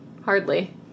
Hardly